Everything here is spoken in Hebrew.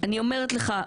אני אומרת לך,